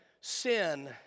sin